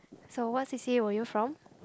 so what c_c_a were you from